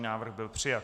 Návrh byl přijat.